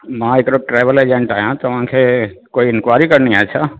मां हिकिड़ो travel agent आहियां तव्हांखे कोई इंक्वायरी करिणी आहे छा